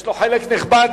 יש לו חלק נכבד,